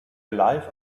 live